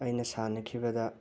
ꯑꯩꯅ ꯁꯥꯟꯅꯈꯤꯕꯗ